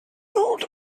old